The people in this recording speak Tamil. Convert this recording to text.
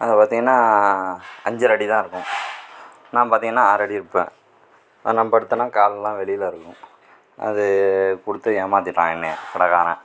அதை பார்த்திங்கனா அஞ்சரை அடிதான் இருக்கும் நான் பார்த்திங்கனா ஆறடி இருப்பேன் அதில் நான் படுத்தேனா கால்லெலாம் வெளியில் இருக்கும் அது கொடுத்து ஏமாற்றிட்டான் என்னை கடைக்காரன்